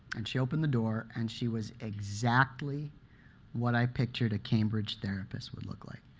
and she opened the door and she was exactly what i pictured a cambridge therapist would look like.